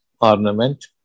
ornament